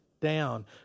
down